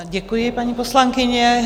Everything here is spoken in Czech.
Děkuji, paní poslankyně.